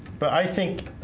but i think